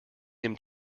him